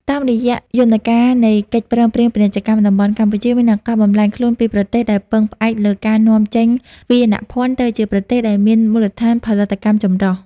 តាមរយៈយន្តការនៃកិច្ចព្រមព្រៀងពាណិជ្ជកម្មតំបន់ កម្ពុជាមានឱកាសបំប្លែងខ្លួនពីប្រទេសដែលពឹងផ្អែកលើការនាំចេញវាយនភណ្ឌ ទៅជាប្រទេសដែលមានមូលដ្ឋានផលិតកម្មចម្រុះ។